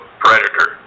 predator